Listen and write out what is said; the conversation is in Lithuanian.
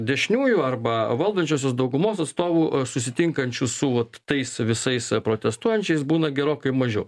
dešiniųjų arba valdančiosios daugumos atstovų susitinkančių su vat tais visais protestuojančiais būna gerokai mažiau